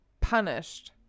punished